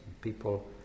people